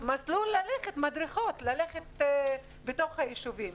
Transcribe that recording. מסלול ללכת, מדרכות ללכת בתוך היישובים.